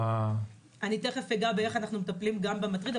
בהמשך אני אסביר איך אנחנו מטפלים גם במטריד,